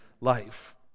life